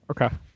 Okay